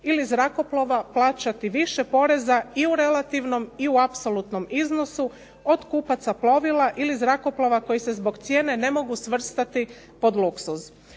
ili zrakoplova plaćati više poreza i u relativnom i u apsolutnom iznosu od kupaca plovila ili zrakoplova koji se zbog cijene ne mogu svrstati pod luksuz.